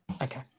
Okay